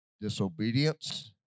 disobedience